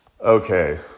Okay